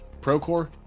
Procore